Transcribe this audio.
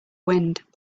wind